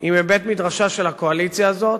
היא מבית-מדרשה של הקואליציה הזאת,